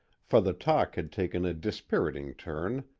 for the talk had taken a dispiriting turn,